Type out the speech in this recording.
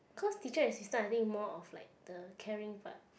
cause teacher assistant I think more of like the caring part